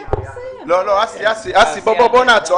שנעשו ביחס --- לא, לא, אסי, אסי, בוא נעצור.